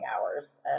hours